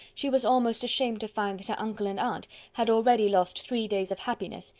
she was almost ashamed to find that her uncle and aunt had already lost three days of happiness,